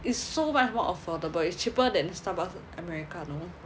is so much more affordable is cheaper than Starbucks americano